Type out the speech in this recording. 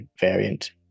variant